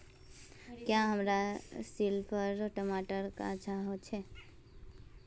क्याँ हमार सिपकलर टमाटर ला अच्छा होछै?